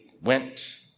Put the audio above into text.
Went